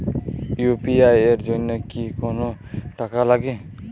UPI এর জন্য কি কোনো টাকা লাগে?